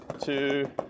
two